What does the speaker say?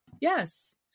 Yes